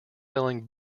selling